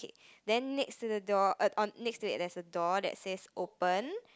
then next to the door err on~ next to it there's a door that says open